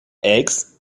eggs